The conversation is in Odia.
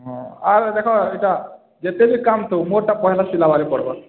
ହଁ ଆର୍ ଦେଖ ଏଇଟା ଯେତେ ବି କାମ୍ ଥାଉ ମୋର୍ଟା ପହିଲା ସିଲାବାରେ ପଡ଼୍ବ